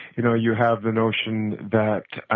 you know, you have the notion that,